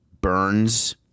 Burns